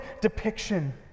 depiction